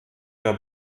der